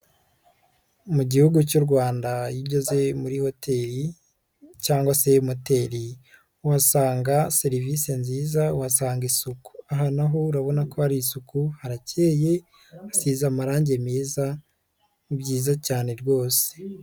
Mu gihugu cy'u Rwanda iyo ugeze muri hoteli cyangwa se moteri uhasanga serivisi nziza, usanga isuku. Aha naho urabona ko hari isuku, harakeye, hasize amarangi meza, ni byiza cyane rwose.